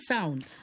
Sound